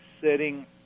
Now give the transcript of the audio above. sitting